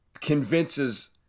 convinces